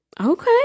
Okay